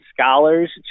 scholars